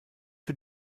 für